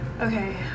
Okay